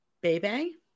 Baby